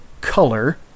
color